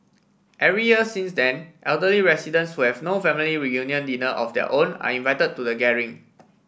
every year since then elderly residents who have no family reunion dinner of their own are invited to the gathering